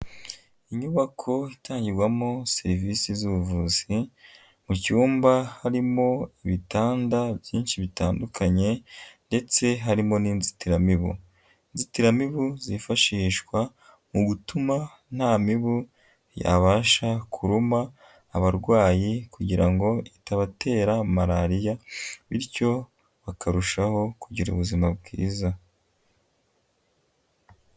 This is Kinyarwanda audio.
Inyubako itangirwamo serivisi z'ubuvuzi, mu cyumba harimo ibitanda byinshi bitandukanye, ndetse harimo n'inzitiramibu, nzitiramibu zifashishwa mu gutuma nta mibu yabasha kuruma abarwayi kugira ngo itabatera malariya, bityo bakarushaho kugira ubuzima bwiza.